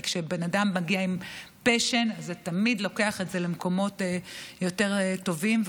כי כשבן אדם מגיע עם passion זה תמיד לוקח את זה למקומות יותר טובים,